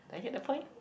do I get the point